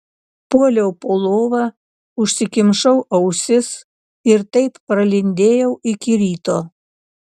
puoliau po lova užsikimšau ausis ir taip pralindėjau iki ryto